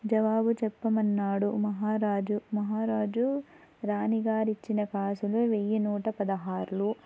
జవాబు చెప్పమన్నాడు మహారాజు మహారాజు రాణి గారి ఇచ్చిన కాసులు వెయ్యి నూట పదహార్లు